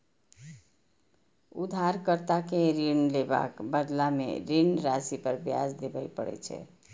उधारकर्ता कें ऋण लेबाक बदला मे ऋण राशि पर ब्याज देबय पड़ै छै